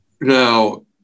now